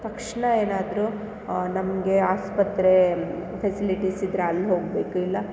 ತಕ್ಷಣ ಏನಾದರೂ ನಮಗೆ ಆಸ್ಪತ್ರೆ ಫೆಸಿಲಿಟಿಸ್ ಇದ್ದರೆ ಅಲ್ಲಿ ಹೋಗಬೇಕು ಇಲ್ಲ